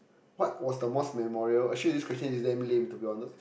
what was the most memorial actually this question is damn lame to be honest